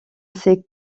ces